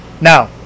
Now